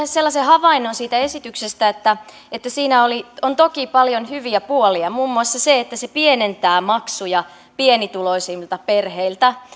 sellaisen havainnon siitä esityksestä että siinä on toki paljon hyviä puolia muun muassa se että se pienentää maksuja pienituloisimmilta perheiltä